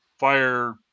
Fire